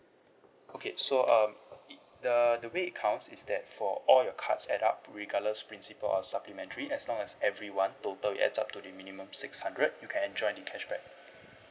okay so um i~ the the way it counts is that for all your cards add up regardless principal or supplementary as long as everyone total it adds up to the minimum six hundred you can enjoy the cashback